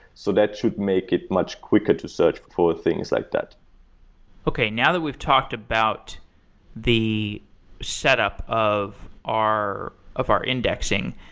so that should make it much quicker to search for things like that okay. now that we've talked about the setup of our of our indexing,